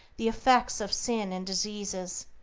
the effects of sin and diseases.